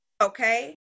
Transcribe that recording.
Okay